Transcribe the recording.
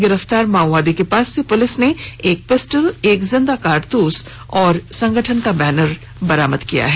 गिरफ्तार माओवादी के पास से पुलिस ने एक पिस्टल एक जिन्दा कारतूस और संगठन का बैनर बरामद किया है